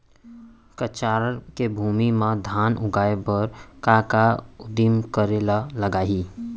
कछार के भूमि मा धान उगाए बर का का उदिम करे ला लागही?